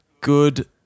good